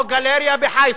או גלריה בחיפה,